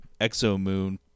exomoon